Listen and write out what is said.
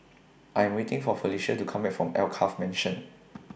I'm waiting For Felicia to Come Back from Alkaff Mansion